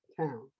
Town